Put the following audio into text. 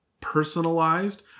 personalized